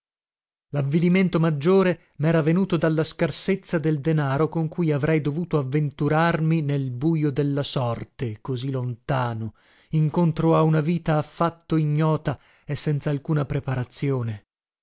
lavvilimento maggiore mera venuto dalla scarsezza del denaro con cui avrei dovuto avventurarmi nel bujo della sorte così lontano incontro a una vita affatto ignota e senzalcuna preparazione